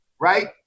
right